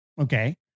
Okay